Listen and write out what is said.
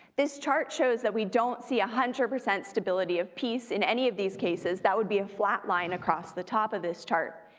this chart shows that we don't see one hundred percent stability of peace in any of these cases. that would be a flat line across the top of this chart.